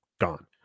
gone